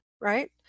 right